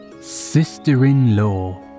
Sister-in-law